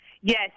Yes